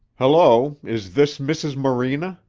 hullo. is this mrs. morena?